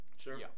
Sure